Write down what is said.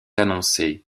annoncée